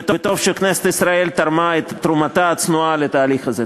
וטוב שכנסת ישראל תרמה את תרומתה הצנועה לתהליך הזה.